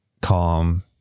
calm